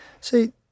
see